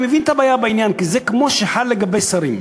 אני מבין את הבעיה בעניין כי זה כמו שחל לגבי שרים,